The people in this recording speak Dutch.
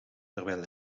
terwijl